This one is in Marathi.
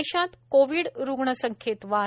देशात कोविड रुग्ण संख्येत वाढ